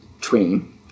train